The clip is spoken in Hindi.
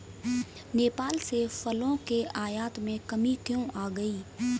नेपाल से फलों के आयात में कमी क्यों आ गई?